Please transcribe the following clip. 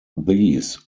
these